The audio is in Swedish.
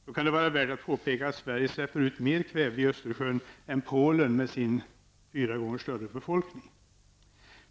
Då kan det vara värt att påpeka att Sverige släpper ut mer kväve i Östersjön än Polen med sin fyra gånger större befolkning.